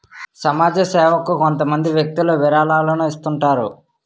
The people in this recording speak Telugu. సమాజ సేవకు కొంతమంది వ్యక్తులు విరాళాలను ఇస్తుంటారు